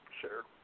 Sure